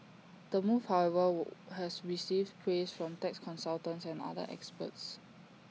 the move however has received praise from tax consultants and other experts